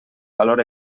valor